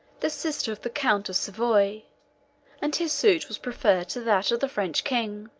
the sister of the count of savoy and his suit was preferred to that of the french king.